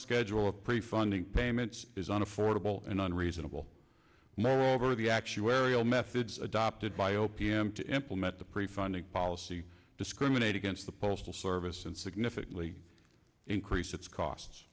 schedule of prefunding payments is an affordable and on reasonable moreover the actuarial methods adopted by o p m to implement the prefunding policy discriminate against the postal service and significantly increase its costs